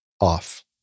off